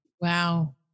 Wow